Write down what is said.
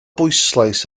bwyslais